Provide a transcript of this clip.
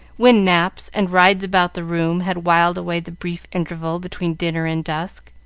when naps and rides about the room had whiled away the brief interval between dinner and dusk,